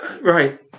Right